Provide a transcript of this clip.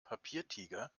papiertiger